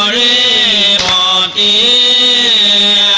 a ah um a